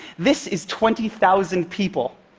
this is twenty thousand people.